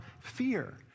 fear